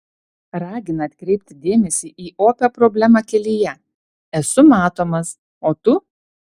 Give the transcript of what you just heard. ragina atkreipti dėmesį į opią problemą kelyje esu matomas o tu